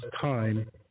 time